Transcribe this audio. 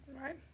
right